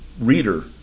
reader